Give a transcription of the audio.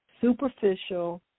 superficial